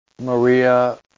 Maria